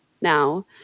now